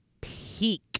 peak